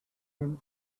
him